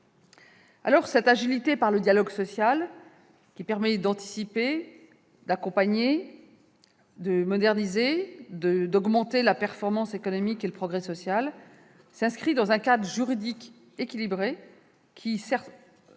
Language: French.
Cette agilité par le dialogue social, qui permet d'anticiper, d'accompagner, de moderniser, d'augmenter la performance économique et de favoriser le progrès social, s'inscrit dans un cadre juridique équilibré, à même de libérer